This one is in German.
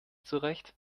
zurecht